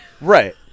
Right